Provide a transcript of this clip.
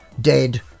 dead